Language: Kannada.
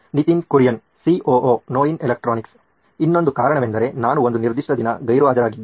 ನಿತಿನ್ ಕುರಿಯನ್ ಸಿಒಒ ನೋಯಿನ್ ಎಲೆಕ್ಟ್ರಾನಿಕ್ಸ್ ಇನ್ನೊಂದು ಕಾರಣವೆಂದರೆ ನಾನು ಒಂದು ನಿರ್ದಿಷ್ಟ ದಿನ ಗೈರುಹಾಜರಾಗಿದ್ದೆ